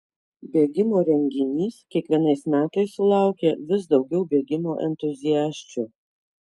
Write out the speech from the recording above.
bėgimo renginys kiekvienais metais sulaukia vis daugiau bėgimo entuziasčių